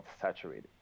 saturated